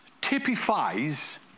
typifies